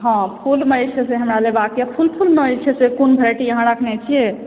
हाँ फूलमे जे छै हमरा लऽ राखब मे जे छै कोन कोन वैरायटी अहाँ राखने छियै